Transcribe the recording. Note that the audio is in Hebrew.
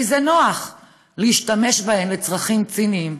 כי נוח להשתמש בהן לצרכים ציניים.